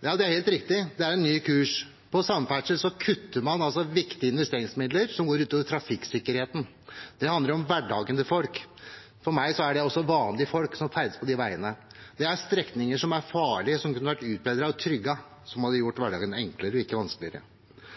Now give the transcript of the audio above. Ja, det er helt riktig – det er en ny kurs. På samferdsel kutter man viktige investeringsmidler, og det går ut over trafikksikkerheten. Det handler om hverdagen til folk. For meg er det også vanlige folk som ferdes på de veiene. Det er strekninger som er farlige, som kunne vært utbedret og trygget, noe som hadde gjort